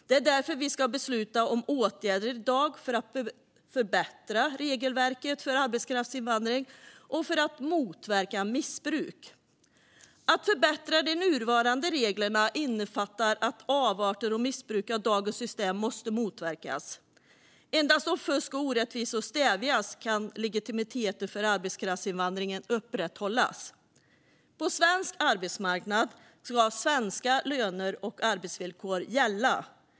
Därför ska vi i dag besluta om åtgärder för att förbättra regelverket för arbetskraftsinvandring och för att motverka missbruk. Att förbättra de nuvarande reglerna innefattar att avarter och missbruk av dagens system måste motverkas. Endast om fusk och orättvisor stävjas kan legitimiteten för arbetskraftsinvandringen upprätthållas. På svensk arbetsmarknad ska svenska löner och arbetsvillkor gälla.